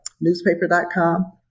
newspaper.com